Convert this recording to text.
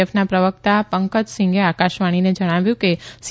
એફના પ્રવક્તા ંકજ સિંઘે આકાશવાણીને જણાવ્યું કે સી